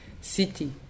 city